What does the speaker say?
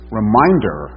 reminder